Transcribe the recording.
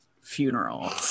funeral